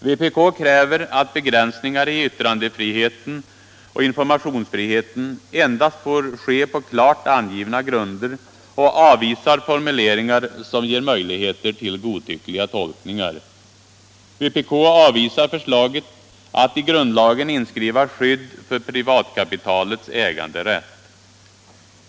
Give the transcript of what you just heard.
Vpk kräver att begränsningar i yttrandefriheten och informationsfriheten endast får ske på klart angivna grunder och avvisar formuleringar som ger möjligheter till godtyckliga tolkningar. Vpk avvisar förslaget att i grundlagen inskriva skydd för privatkapitalets äganderätt.